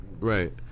right